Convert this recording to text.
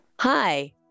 Hi